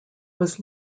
was